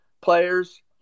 players